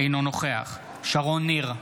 אינו נוכח שרון ניר,